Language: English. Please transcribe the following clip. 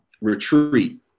retreat